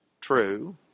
True